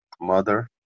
mother